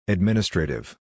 Administrative